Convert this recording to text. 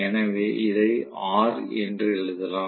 எனவே இதை ஆர் என்று எழுதலாம்